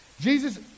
Jesus